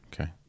Okay